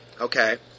okay